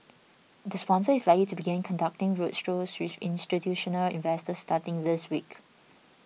the sponsor is likely to begin conducting road strolls with institutional investors starting this week